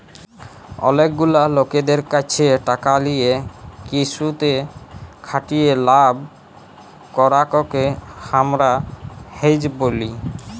অলেক গুলা লকদের ক্যাছে টাকা লিয়ে কিসুতে খাটিয়ে লাভ করাককে হামরা হেজ ব্যলি